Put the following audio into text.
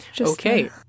Okay